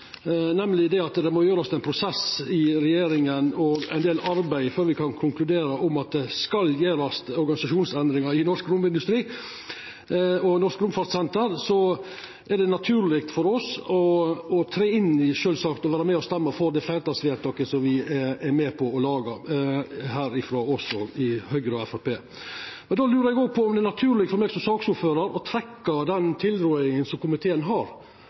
nemleg at det må ein prosess i regjeringa og ein del arbeid til før me kan konkludera med at det skal gjerast organisasjonsendringar i norsk romindustri og Norsk Romsenter, er det naturleg for oss å vera med og stemma for det fleirtalsvedtaket som me frå Høgre og Framstegspartiet har vore med på å laga. Då lurer eg på om det er naturleg for meg som saksordførar å trekkja tilrådinga frå komiteen, slik at me berre har